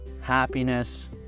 happiness